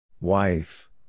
Wife